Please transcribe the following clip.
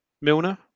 Milner